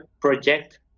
project